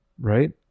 right